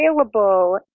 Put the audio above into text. available